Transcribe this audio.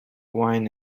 wine